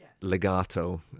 legato